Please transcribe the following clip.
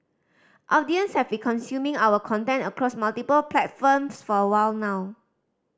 audience have been consuming our content across multiple platforms for a while now